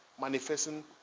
manifesting